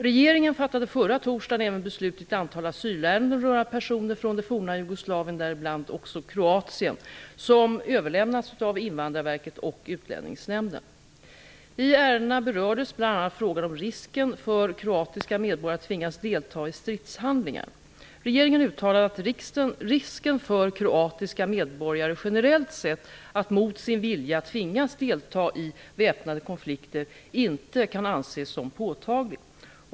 Regeringen fattade förra torsdagen även beslut i ett antal asylärenden rörande personer från det forna Jugoslavien, däribland också Kroatien, som överlämnats av Invandrarverket och frågan om risken för kroatiska medborgare att tvingas delta i stridshandlingar. Regeringen uttalade att risken för kroatiska medborgare generellt sett att mot sin vilja tvingas delta i väpnade konflikter inte kan anses som påtaglig.